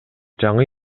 жаңы